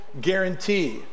guarantee